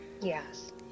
Yes